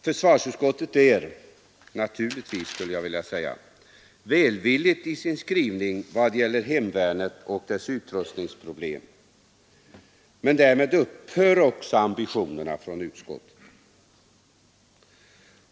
Försvarsutskottet är — naturligtvis skulle jag vilja säga — välvilligt i sin skrivning när det gäller hemvärnet och dess utrustningsproblem, men därmed upphör också ambitionerna från utskottet.